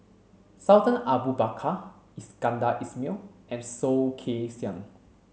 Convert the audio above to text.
Sultan Abu Bakar Iskandar Ismail and Soh Kay Siang